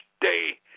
day